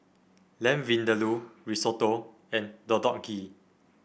Lamb Vindaloo Risotto and Deodeok Gui